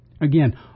Again